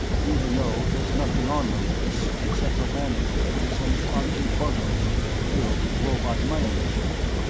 even though there's nothing on lharillis except a landing field and some concrete bunkers filled with robot mining machinery.